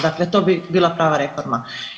Dakle to bi bila prava reforma.